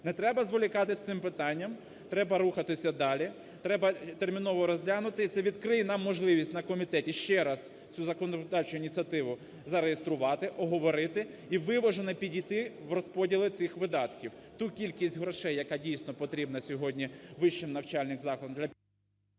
не треба зволікати з цим питанням, треба рухатися далі, треба терміново розглянути, і це відкриє нам можливість на комітеті ще раз цю законодавчу ініціативу зареєструвати, оговорити і виважено підійти в розподіли цих видатків. Ту кількість грошей, яка, дійсно, потрібна сьогодні вищим навчальним закладам… ГОЛОВУЮЧИЙ.